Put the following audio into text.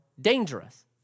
dangerous